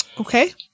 Okay